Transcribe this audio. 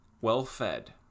well-fed